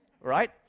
Right